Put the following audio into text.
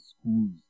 schools